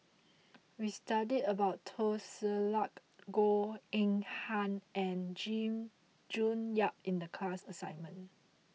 we studied about Teo Ser Luck Goh Eng Han and Jim June Yap in the class assignment